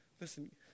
Listen